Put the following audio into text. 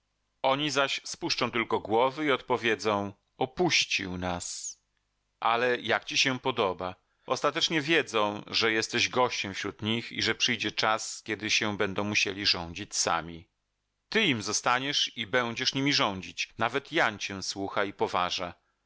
oni zaś spuszczą tylko głowy i odpowiedzą opuścił nas ale jak ci się podoba ostatecznie wiedzą że jesteś gościem wśród nich i że przyjdzie czas kiedy się będą musieli rządzić sami ty im zostaniesz i będziesz nimi rządzić nawet jan cię słucha i poważa